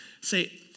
Say